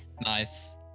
Nice